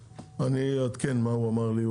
אני אעדכן מה הוא אמר לי.